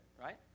right